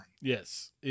Yes